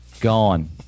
gone